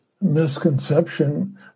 misconception